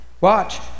watch